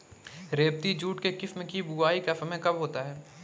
रेबती जूट के किस्म की बुवाई का समय कब होता है?